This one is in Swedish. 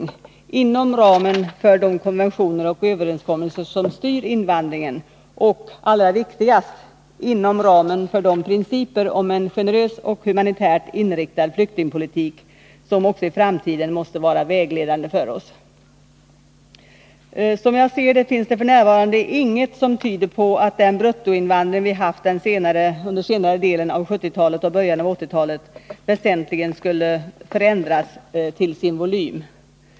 Det är en reglering som sker inom ramen för de konventioner och överenskommelser som styr invandringen och — allra viktigast — inom ramen för de principer om en generös och humanitärt inriktad flyktingpolitik som också i framtiden måste vara vägledande för oss. Som jag ser det finns det f. n. inget som tyder på att den bruttoinvandring vi haft under senare delen av 1970-talet och början av 1980-talet väsentligen skulle förändras till sin volym.